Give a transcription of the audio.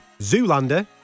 Zoolander